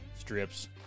Strips